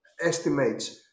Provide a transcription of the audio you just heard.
estimates